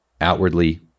outwardly